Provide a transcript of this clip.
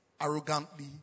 arrogantly